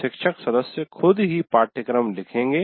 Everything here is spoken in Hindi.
शिक्षक सदस्य खुद ही पाठ्यक्रम लिखेंगे